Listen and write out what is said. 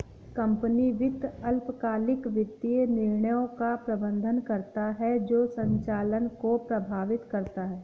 company वित्त अल्पकालिक वित्तीय निर्णयों का प्रबंधन करता है जो संचालन को प्रभावित करता है